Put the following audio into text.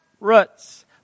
Roots